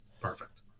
Perfect